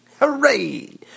Hooray